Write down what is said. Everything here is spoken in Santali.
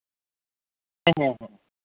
ᱦᱮᱸ ᱦᱮᱸ